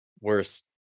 worst